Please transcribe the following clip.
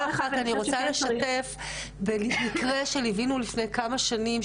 רוצה לשתף במקרה שליווינו לפני כמה שנים,